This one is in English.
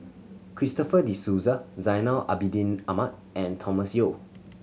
Christopher De Souza Zainal Abidin Ahmad and Thomas Yeo